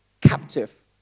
captive